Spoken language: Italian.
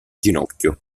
ginocchio